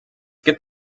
gibt